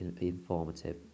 informative